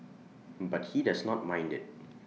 but he does not mind IT